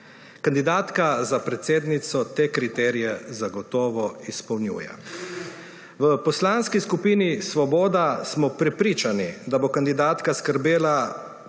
Kandidatka za predsednico te kriterije zagotovo izpolnjuje. V poslanski skupini Svoboda smo prepričani, da bo kandidatka skrbela,